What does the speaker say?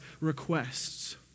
requests